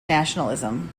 nationalism